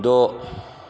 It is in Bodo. द'